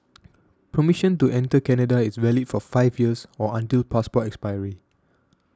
permission to enter Canada is valid for five years or until passport expiry